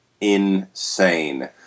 insane